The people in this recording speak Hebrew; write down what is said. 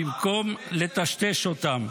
במקום לטשטש אותם.